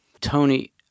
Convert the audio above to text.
Tony